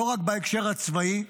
לא רק בהקשר הצבאי,